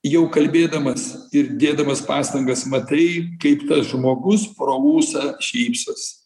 jau kalbėdamas ir dėdamas pastangas matai kaip tas žmogus pro ūsą šypsosi